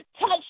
Touch